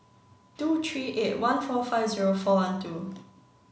tow three eight one four five zero four one two